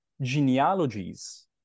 genealogies